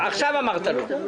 עכשיו אמרת לא.